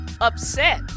upset